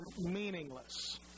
meaningless